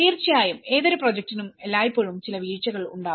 തീർച്ചയായും ഏതൊരു പ്രോജക്റ്റിനും എല്ലായ്പ്പോഴും ചില വീഴ്ചകൾ ഉണ്ടാവും